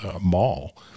mall